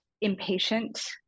impatient